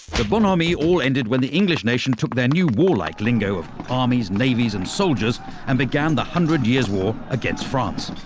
the boname all ended when the english nation took their new war-like lingo of armies navies and soldiers and began the hundred years war against france.